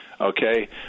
okay